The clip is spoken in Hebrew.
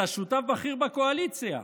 אתה שותף בכיר בקואליציה.